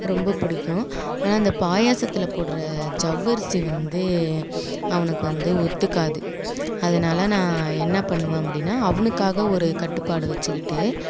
ரொம்ப பிடிக்கும் ஆனால் அந்த பாயாசத்தில் போடற ஜவ்வரிசி வந்து அவனுக்கு வந்து ஒத்துக்காது அதனால் நான் என்ன பண்ணுவேன் அப்படின்னா அவனுக்காக ஒரு கட்டுப்பாடு வைச்சுக்கிட்டு